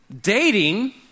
Dating